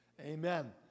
Amen